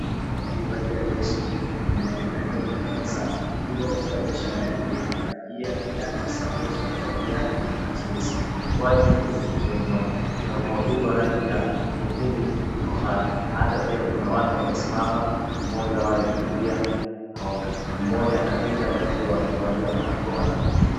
Mama aliyevalia leso anayeonekaniwa akitabasamu. Yuko katika biashara yake ya bajia, viazi, sambusa, hata pia katilesi. Ukwaju uko pembezoni mwake. Kuna mwavuli wa rangi ya nyekundu huku kwa mbali. Hata pia kuna watu wamesimama, mmoja wao aliokalia honda . Mmoja anapita akiwa amevalia barakoa.